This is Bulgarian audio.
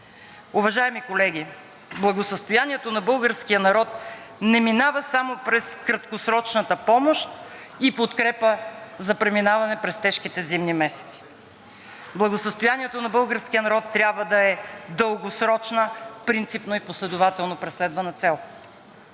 Уважаеми колеги, благосъстоянието на българския народ не минава само през краткосрочната помощ и подкрепа за преминаване през тежките зимни месеци. Благосъстоянието на българския народ трябва да е дългосрочна, принципна и последователно преследвана цел,